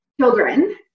children